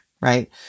right